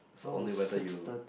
so only whether you